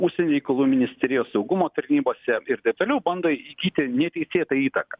užsienio reikalų ministerijos saugumo tarnybose ir taip toliau bando įgyti neteisėtą įtaką